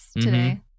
today